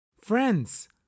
Friends